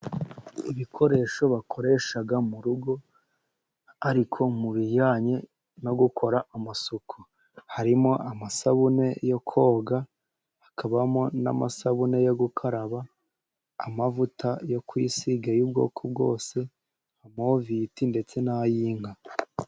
Ibikoresho bakoresha mu rugo ariko mu bijyanye no gukora amasuku. Harimo amasabune yo koga ,hakabamo n'amasabune yo gukaraba ,amavuta yo kwisiga y'ubwoko bwose nka movit ndetse n'ay'inka.